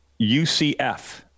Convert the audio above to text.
UCF